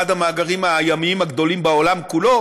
אחד המאגרים הימיים הגדולים בעולם כולו